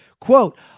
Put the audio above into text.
Quote